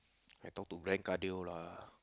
I talk to cardio lah